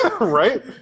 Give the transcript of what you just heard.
Right